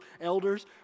elders